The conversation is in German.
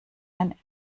ein